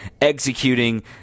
executing